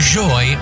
joy